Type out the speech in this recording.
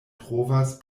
trovas